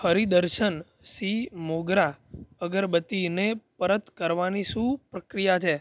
Hari Darshan sea Mogra અગરબત્તીને પરત કરવાની શું પ્રક્રિયા છે